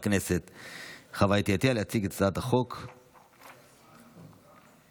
בוועדת הפנים והגנת הסביבה להכנתה לקריאה השנייה והשלישית.